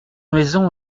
maison